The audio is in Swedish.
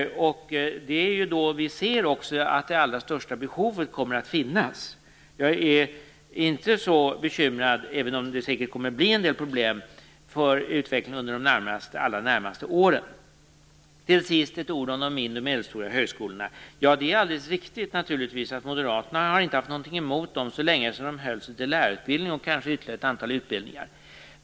Det är ju också då vi ser att det allra största behovet kommer att finnas. Jag är inte så bekymrad - även om det säkert kommer att bli en del problem - för utvecklingen under de allra närmaste åren. Till sist vill jag säga några ord om de mindre och medelstora högskolorna. Det är naturligtvis alldeles riktigt att moderaterna inte hade någonting emot dem, så länge de höll sig till lärarutbildning och kanske ytterligare ett antal utbildningar.